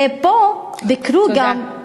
ופה ביקרו גם, תודה.